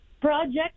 project